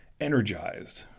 energized